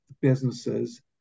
businesses